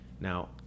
now